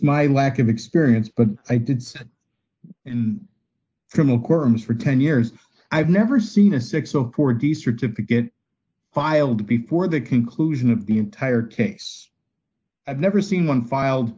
my lack of experience but i did say in criminal courtrooms for ten years i've never seen a sick so poor district to begin filed before the conclusion of the entire case i've never seen one filed